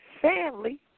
family